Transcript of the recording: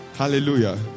Hallelujah